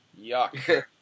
yuck